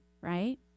right